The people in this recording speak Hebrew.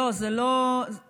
למה